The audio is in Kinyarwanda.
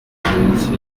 benshi